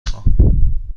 خواهم